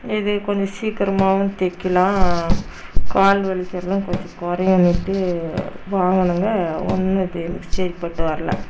இது கொஞ்சம் சீக்கிரமாகவும் தைக்கிலாம் கால் வலிக்கிறதும் கொஞ்சம் குறையுன்னுட்டு வாங்கினேங்க ஒன்றும் இது எனக்கு சரிப்பட்டு வரல